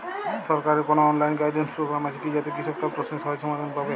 সরকারের কোনো online guidance program আছে কি যাতে কৃষক তার প্রশ্নের সহজ সমাধান পাবে?